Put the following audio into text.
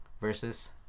versus